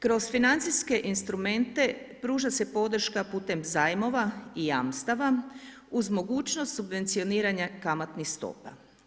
Kroz financijske instrumente pruža se podrška putem zajmova jamstava uz mogućnost subvencioniranja kamatnih stopa.